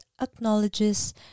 acknowledges